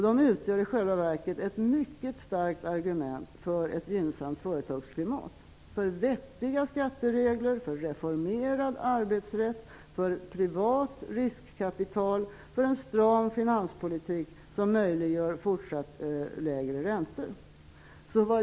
De utgör i själva verket ett mycket starkt argument för ett gynnsamt företagsklimat, nämligen argument för vettiga skatteregler, för reformerad arbetsrätt, för privat riskkapital och för en stram finanspolitik som möjliggör fortsatt lägre räntor.